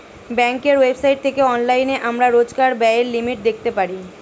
ব্যাঙ্কের ওয়েবসাইট থেকে অনলাইনে আমরা রোজকার ব্যায়ের লিমিট দেখতে পারি